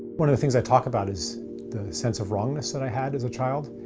one of the things i talk about is the sense of wrongness that i had as a child.